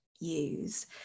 use